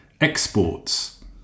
exports